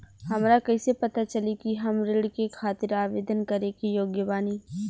हमरा कइसे पता चली कि हम ऋण के खातिर आवेदन करे के योग्य बानी?